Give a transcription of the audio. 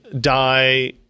die